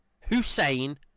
Hussein